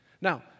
Now